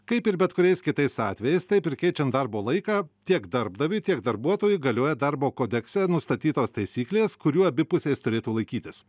kaip ir bet kuriais kitais atvejais taip ir keičiant darbo laiką tiek darbdaviui tiek darbuotojui galioja darbo kodekse nustatytos taisyklės kurių abi pusės turėtų laikytis